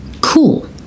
cool